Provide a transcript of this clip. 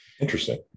Interesting